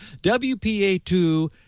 WPA2